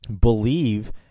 believe